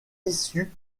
issu